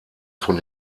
von